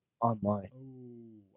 online